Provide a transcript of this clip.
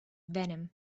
venom